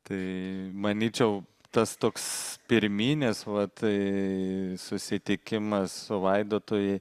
tai manyčiau tas toks pirminis vatsusitikimas su vaidotu